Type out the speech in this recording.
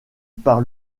par